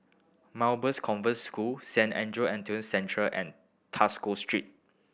Convent School Saint Andrew Autism Centre and Tosca Street